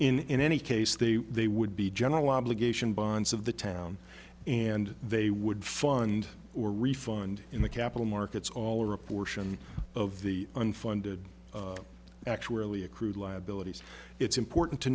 but in any case they they would be general obligation bonds of the town and they would fund or refund in the capital markets all or a portion of the unfunded actually accrued liabilities it's important to